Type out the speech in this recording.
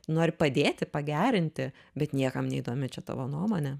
nori padėti pagerinti bet niekam neįdomi čia tavo nuomonė